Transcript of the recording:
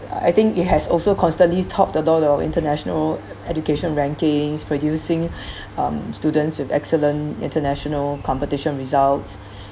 I I think it has also constantly topped the door to international education rankings producing um students with excellent international competition results